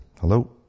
Hello